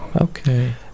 Okay